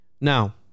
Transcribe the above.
Now